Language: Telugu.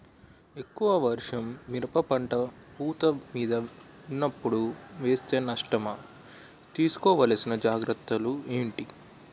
ఎక్కువ వర్షం మిరప పంట పూత మీద వున్నపుడు వేస్తే నష్టమా? తీస్కో వలసిన జాగ్రత్తలు ఏంటి?